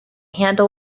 handle